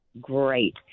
Great